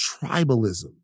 tribalism